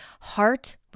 heart